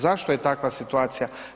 Zašto je takva situacija?